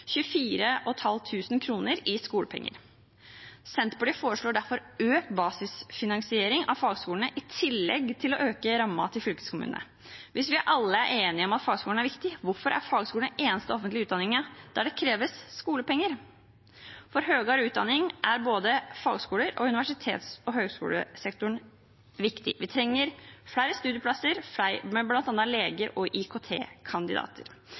24 500 kr i skolepenger. Senterpartiet foreslår derfor økt basisfinansiering av fagskolene i tillegg til å øke rammen til fylkeskommunene. Hvis vi alle er enige om at fagskolene er viktige, hvorfor er fagskolene den eneste offentlige utdanningen der det kreves skolepenger? For høyere utdanning er både fagskoler og universitets- og høyskolesektoren viktig. Vi trenger flere studieplasser med